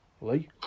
Lee